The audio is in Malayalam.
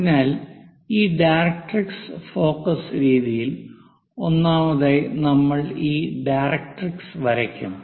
അതിനാൽ ഈ ഡയറക്ട്രിക്സ് ഫോക്കസ് രീതിയിൽ ഒന്നാമതായി നമ്മൾ ഈ ഡയറക്ട്രിക്സ് വരയ്ക്കും